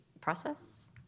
process